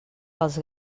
pels